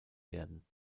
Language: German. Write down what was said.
werden